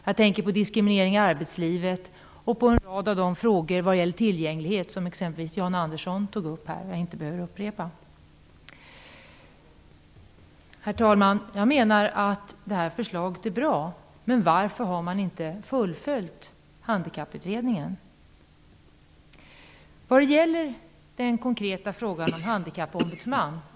Jag tänker på diskriminering i arbetslivet och på en rad av de frågor om tillgänglighet som Jan Herr talman! Jag menar att förslaget är bra. Men varför har man inte fullföljt Där finns den konkreta frågan om Handikappombudsman.